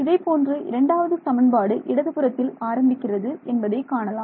இதேபோன்று இரண்டாவது சமன்பாடு இடதுபுறத்தில் ஆரம்பிக்கிறது என்பதைக் காணலாம்